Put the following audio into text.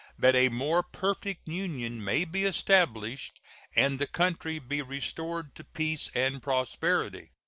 that a more perfect union may be established and the country be restored to peace and prosperity.